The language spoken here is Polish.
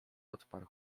odparł